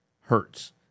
hurts